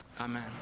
Amen